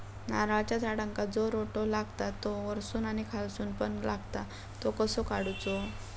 नारळाच्या झाडांका जो रोटो लागता तो वर्सून आणि खालसून पण लागता तो कसो काडूचो?